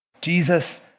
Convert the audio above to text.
Jesus